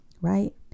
Right